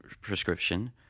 prescription